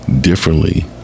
differently